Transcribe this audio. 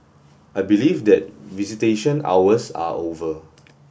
I believe that visitation hours are over